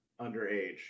underage